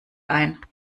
ein